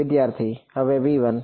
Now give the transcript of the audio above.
વિદ્યાર્થી હવે V1